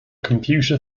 computer